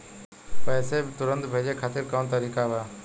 पैसे तुरंत भेजे खातिर कौन तरीका बा?